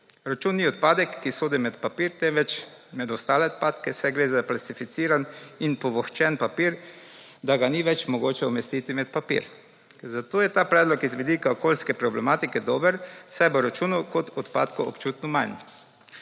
Račun ni odpadek, ki sodi med papir, temveč med ostale odpadke, saj gre za plastificiran in povoščen papir, da ga ni več mogoče umestiti med papir, zato je ta predlog iz vidika okolijske problematike dober saj bo računal kot odpadkov občutno manj.